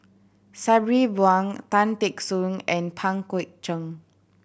Sabri Buang Tan Teck Soon and Pang Guek Cheng